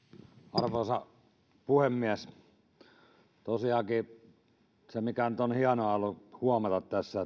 arvoisa puhemies tosiaankin se mikä nyt on ollut hienoa huomata tässä